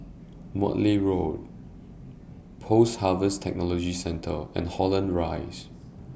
Morley Road Post Harvest Technology Centre and Holland Rise